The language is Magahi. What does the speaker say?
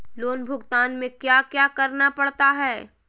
लोन भुगतान में क्या क्या करना पड़ता है